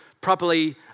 properly